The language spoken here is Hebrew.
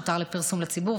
שהותר לפרסום לציבור,